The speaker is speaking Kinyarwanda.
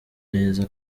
neza